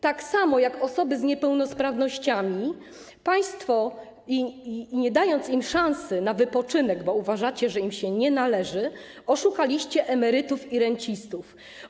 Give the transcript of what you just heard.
Tak samo jak osoby z niepełnosprawnościami państwo, nie dając im szansy na wypoczynek, bo uważacie, że im się nie należy, oszukaliście emerytów i rencistów.